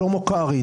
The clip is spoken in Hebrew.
שלמה קרעי,